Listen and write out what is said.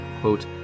quote